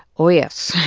oh, yes.